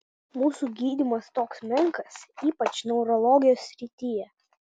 mūsų gydymas toks menkas ypač neurologijos srityje